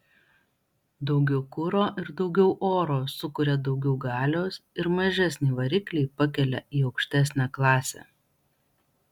daugiau kuro ir daugiau oro sukuria daugiau galios ir mažesnį variklį pakelia į aukštesnę klasę